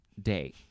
day